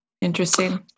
interesting